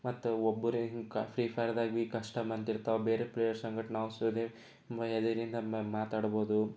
ಮತ್ತೆ ಒಬ್ಬರು ಹೀಗೆ ಕ ಫ್ರೀ ಫೈರ್ದಾಗೆ ಬಿ ಕಷ್ಟಮ್ ಅಂದಿರ್ತವೆ ಬೇರೆ ಪ್ಲೇಯರ್ ಸಂಗಡ ನಾವು ಎದುರಿಂದ ಮಾತಾಡ್ಬೋದು